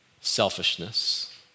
selfishness